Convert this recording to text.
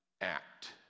act